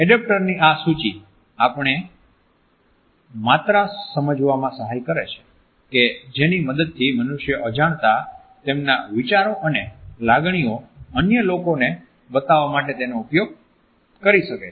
એડેપ્ટરની આ સૂચિ આપણને માત્રા સમજવામાં સહાય કરે છે કે જેની મદદથી મનુષ્ય અજાણતા તેમના વિચારો અને લાગણીઓ અન્ય લોકોને બતાવવા માટે તેનો ઉપયોગ કરી શકે છે